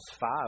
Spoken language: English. five